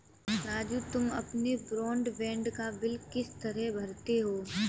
राजू तुम अपने ब्रॉडबैंड का बिल किस तरह भरते हो